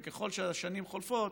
ככל שהשנים חולפות,